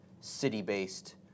city-based